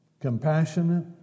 compassionate